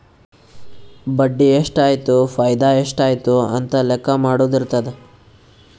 ಬಡ್ಡಿ ಎಷ್ಟ್ ಆಯ್ತು ಫೈದಾ ಎಷ್ಟ್ ಆಯ್ತು ಅಂತ ಲೆಕ್ಕಾ ಮಾಡದು ಇರ್ತುದ್